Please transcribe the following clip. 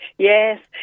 Yes